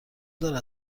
دارد